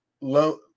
low